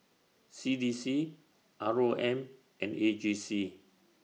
C D C R O M and A G C